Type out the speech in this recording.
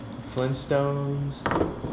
Flintstones